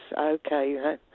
Okay